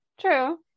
True